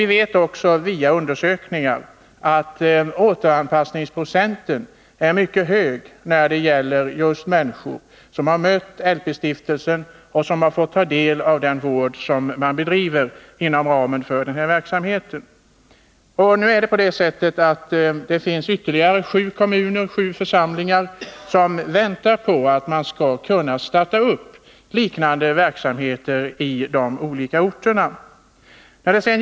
Vi vet via undersökningar att återanpassningsprocenten är mycket hög när det gäller människor som har mött just LP-stiftelsen och fått ta del av den vård den bedriver inom ramen för sin verksamhet. Det finns nu ytterligare sju församlingar som väntar på att få möjligheter att starta liknande verksamheter på de olika orterna.